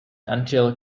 until